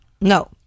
No